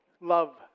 love